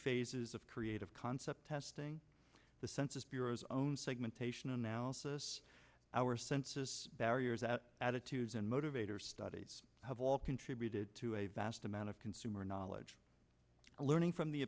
phases of creative concept testing the census bureau's own segmentation analysis our census barriers that attitudes and motivator studies have all contributed to a vast amount of consumer knowledge and learning from the